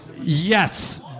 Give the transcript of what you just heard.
Yes